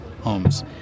homes